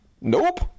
Nope